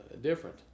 different